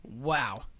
Wow